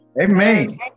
amen